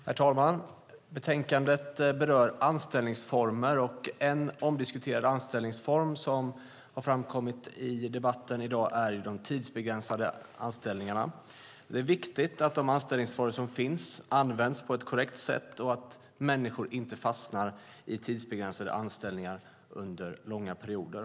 Herr talman! Betänkandet berör anställningsformer. En omdiskuterad anställningsform är de tidsbegränsade anställningarna. Det är viktigt att de anställningsformer som finns används på ett korrekt sätt och att människor inte fastnar i tidsbegränsade anställningar under långa perioder.